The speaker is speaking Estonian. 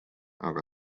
aga